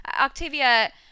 Octavia